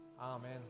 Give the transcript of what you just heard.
Amen